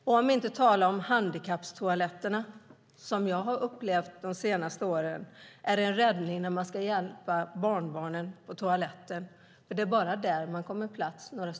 För att inte tala om handikapptoaletter, som jag de senaste åren har upplevt är en räddning när man ska hjälpa barnbarnen på toaletten, för det är bara där man får plats om man är flera.